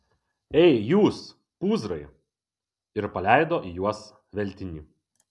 ei jūs pūzrai ir paleido į juos veltinį